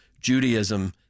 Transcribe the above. Judaism